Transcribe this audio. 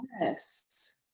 Yes